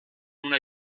una